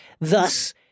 thus